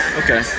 okay